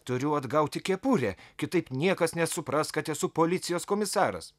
turiu atgauti kepurę kitaip niekas nesupras kad esu policijos komisaras